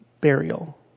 burial